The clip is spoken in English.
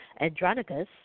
Andronicus